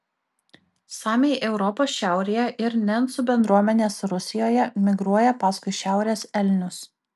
samiai europos šiaurėje ir nencų bendruomenės rusijoje migruoja paskui šiaurės elnius